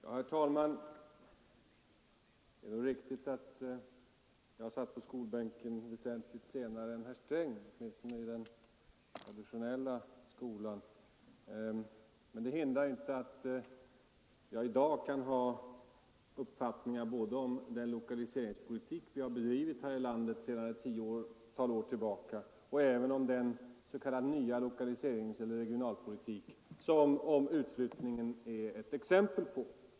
Herr talman! Det är riktigt att jag satt på skolbänken väsentligt senare än herr Sträng — åtminstone i den traditionella skolan — men det hindrar inte att jag i dag kan ha uppfattningar både om den lokaliseringspolitik vi har bedrivit här i landet sedan ett tiotal år tillbaka och om den s.k. nya lokaliseringseller regionalpolitik som utflyttningen är ett exempel på.